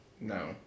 No